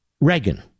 Reagan